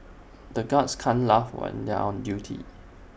the guards can't laugh when they are on duty